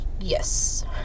yes